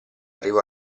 arrivò